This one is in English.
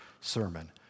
sermon